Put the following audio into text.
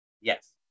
Yes